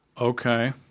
Okay